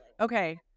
Okay